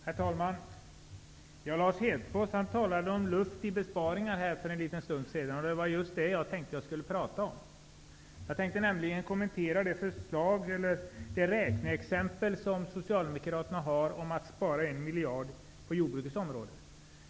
Herr talman! Lars Hedfors talade om luft i besparingar här för en liten stund sedan. Det var just det jag tänkte tala om. Jag tänkte nämligen kommentera det förslag eller det räkneexempel som Socialdemokraterna har om att spara en miljard kronor på jordbrukets område.